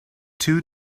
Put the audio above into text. two